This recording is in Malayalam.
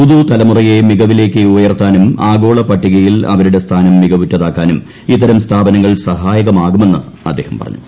പുതുതലമുറയെ മികവിലേക്ക് ഉയർത്താനും ആഗോള പട്ടികയിൽ അവരുടെ സ്ഥാനം മികവുറ്റതാക്കാനും ഇത്തരം സ്ഥാപനങ്ങൾ സഹായകമാകുമെന്ന് അദ്ദേഹം പറഞ്ഞു